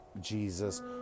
Jesus